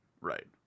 right